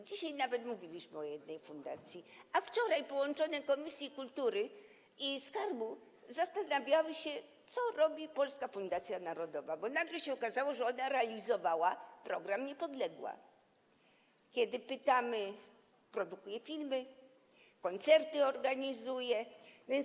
Dzisiaj nawet mówiliśmy o jednej fundacji, a wczoraj połączone komisje kultury i skarbu zastanawiały się, co robi Polska Fundacja Narodowa, bo nagle się okazało, że ona realizowała program „Niepodległa” - produkuje filmy, organizuje koncerty.